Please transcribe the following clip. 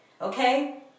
okay